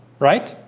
right?